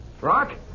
Rock